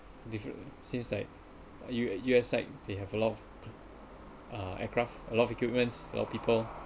different seems like you you aside they have a lot of uh aircraft a lot of equipments a lot people